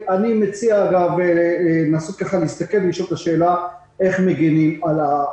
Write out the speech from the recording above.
אני מציע להסתכל ולשאול את השאלה איך מגינים על האסיר.